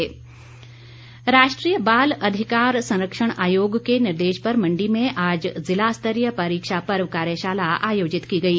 परीक्षा पर्व राष्ट्रीय बाल अधिकार संरक्षण आयोग के निर्देश पर मण्डी में आज जिला स्तरीय परीक्षा पर्व कार्यशाला आयोजित की गई